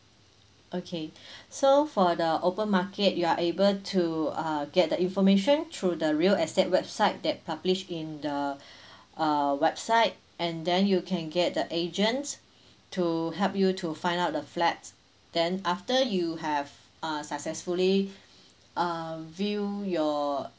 okay so for the open market you are able to uh get the information through the real estate website that publish in the uh website and then you can get the agent to help you to find out the flat then after you have err successfully um view your